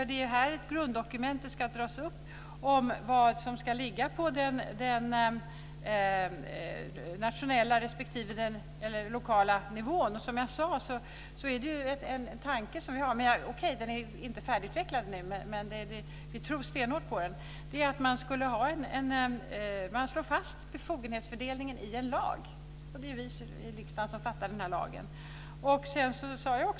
Det här är ett grunddokument, och det ska tas upp vad som ska ligga på den nationella respektive den lokala nivån. Som jag sade är det en tanke som vi har. Okej, den är inte färdigutvecklad, men vi tror stenhårt på den. Det är att vi skulle slå fast befogenhetsfördelningen i en lag, och det är vi i riksdagen som fattar beslut om den lagen.